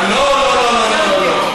לא, לא, לא.